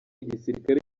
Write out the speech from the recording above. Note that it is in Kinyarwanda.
igisirikare